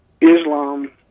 Islam